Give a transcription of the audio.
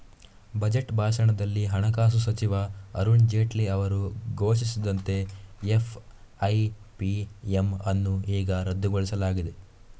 budget ಭಾಷಣದಲ್ಲಿ ಹಣಕಾಸು ಸಚಿವ ಅರುಣ್ ಜೇಟ್ಲಿ ಅವರು ಘೋಷಿಸಿದಂತೆ ಎಫ್.ಐ.ಪಿ.ಎಮ್ ಅನ್ನು ಈಗ ರದ್ದುಗೊಳಿಸಲಾಗಿದೆ